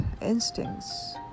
instincts